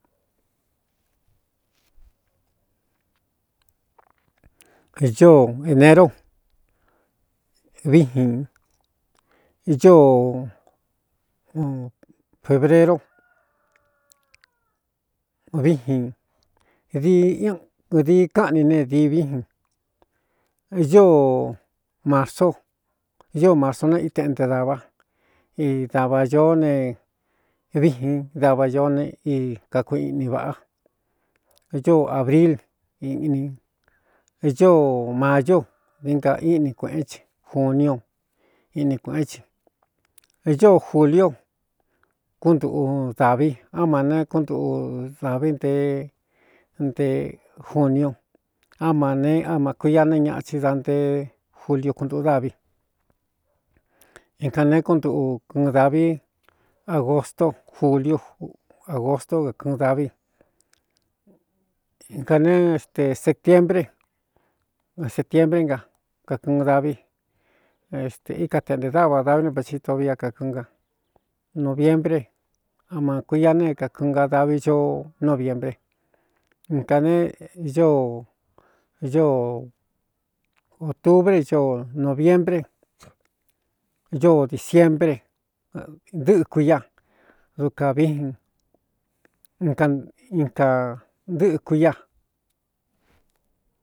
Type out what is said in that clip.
No enero viin ñ febrero vijin didií káꞌni nedii vijin ño marsó o marso ne íteꞌnte dāvá i dava ñoó ne víxin dava ñoó ne í kaku iꞌni vāꞌá ño ābril iꞌní ñoo mayo dinga íꞌni kuēꞌén ti juniu iꞌni kuēꞌén csi ñoō julio kúntuꞌu davi á ma neé kúntuꞌu dāvi nte nte juniu á mā ne á má kuia ne ñaꞌa tsi da nte juliu kunduꞌu daví ika neé kú nduꞌu kɨɨn dāvi agosto juliu agosto kkɨꞌɨn dāvi inka ne éste setienbre setiembré na kakɨꞌɨn davi estē íka teꞌnte dáva davi vtito vi a kakɨɨn a noviembré á ma kuia nēé kakɨɨn ga davi ñoo noviembre in kā nee o otubre noviembré o disiebre ndɨ́ꞌɨ kuia dukā viíjin na in ka ntɨ́ꞌɨ kuia.